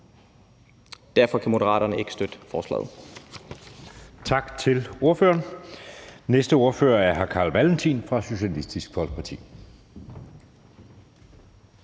næstformand (Jeppe Søe): Tak til ordføreren. Næste ordfører er hr. Carl Valentin fra Socialistisk Folkeparti.